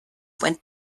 went